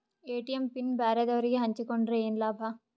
ATM PIN ಬ್ಯಾರೆದವರಗೆ ಹಂಚಿಕೊಂಡರೆ ಏನು ಲಾಭ?